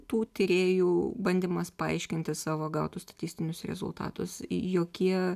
tų tyrėjų bandymas paaiškinti savo gautus statistinius rezultatus į jokie